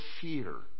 fear